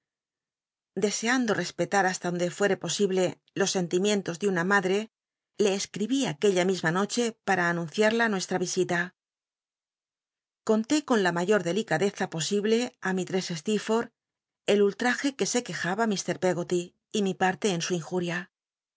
deseando cspclal hasta donde fuere posible los cn timicnlos de una made le cscibi tc uclla misma noche para anunciada nncslla vi ila conté con la mayor delicadeza posible i misil e stceforlb el ull taje de que se quejaba i peggoty y mi parle en su